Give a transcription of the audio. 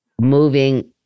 moving